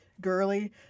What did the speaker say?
girly